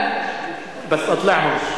יושב-ראש.)